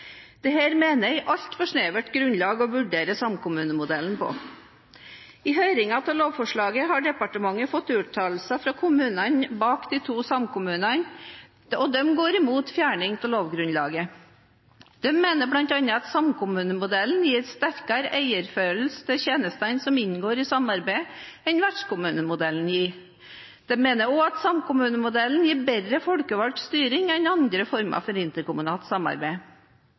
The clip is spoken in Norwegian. mener jeg er et altfor snevert grunnlag å vurdere samkommunemodellen på. I høringen om lovforslaget har departementet fått uttalelser fra kommunene bak de to samkommunene, og de går imot fjerning av lovgrunnlaget. De mener bl.a. at samkommunemodellen gir en sterkere eierfølelse til tjenestene som inngår i samarbeidet, enn det vertskommunemodellen gir. De mener også at samkommunemodellen gir bedre folkevalgt styring enn andre former for interkommunalt samarbeid.